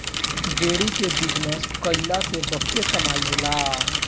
dairy के business कईला से बहुते कमाई होला